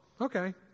Okay